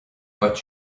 but